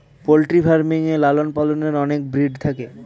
poultry farming এ লালন পালনে অনেক ব্রিড থাকে